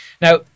Now